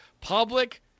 public